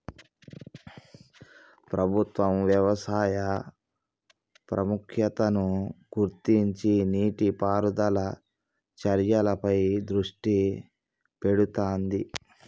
ప్రభుత్వం వ్యవసాయ ప్రాముఖ్యతను గుర్తించి నీటి పారుదల చర్యలపై దృష్టి పెడుతాంది